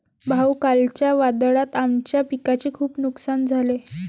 भाऊ, कालच्या वादळात आमच्या पिकाचे खूप नुकसान झाले